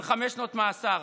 של חמש שנות מאסר.